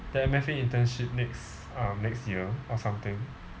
the M_F_A internship next um next year or something